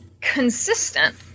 consistent